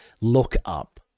lookup